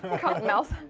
cotton mouth.